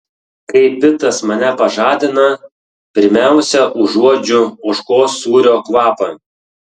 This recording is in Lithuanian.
kai pitas mane pažadina pirmiausia užuodžiu ožkos sūrio kvapą